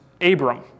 Abram